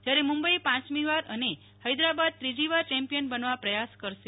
જ્યારે મુંબઈ પાંચમીવાર અને હૈદરાબાદ ત્રીજીવાર ચેમ્પિયન બનવા પ્રયાસ કરશે